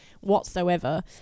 whatsoever